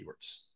keywords